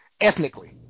ethnically